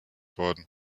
worden